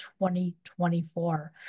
2024